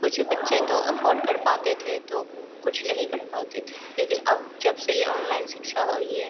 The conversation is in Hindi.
कुछ बच्चे तो अफ़ोर्ड कर पाते थे तो कुछ नहीं कर पाते थे लेकिन अब जब से यह ऑनलाइन शिक्षा हुई है